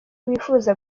bifuza